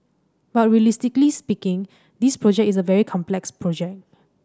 but realistically speaking this project is a very complex project